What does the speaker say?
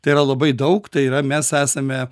tai yra labai daug tai yra mes esame